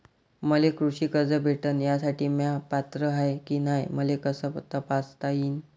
मले कृषी कर्ज भेटन यासाठी म्या पात्र हाय की नाय मले कस तपासता येईन?